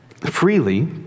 freely